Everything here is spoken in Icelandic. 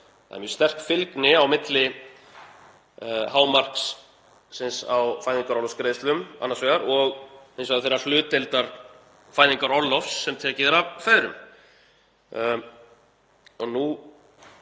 það sé mjög sterk fylgni á milli hámarksins á fæðingarorlofsgreiðslum annars vegar og hins vegar þeirrar hlutdeildar fæðingarorlofs sem tekið er af feðrum. Nú